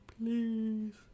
please